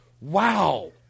Wow